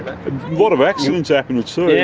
a lot of accidents happen at sea.